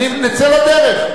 נצא לדרך.